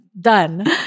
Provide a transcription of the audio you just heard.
done